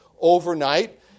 overnight